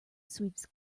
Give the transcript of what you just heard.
sweeps